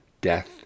Death